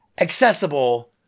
Accessible